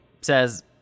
says